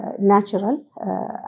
natural